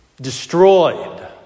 destroyed